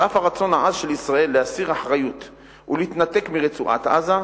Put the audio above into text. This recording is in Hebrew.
על אף הרצון העז של ישראל להסיר אחריות ולהתנתק מרצועת-עזה,